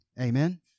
Amen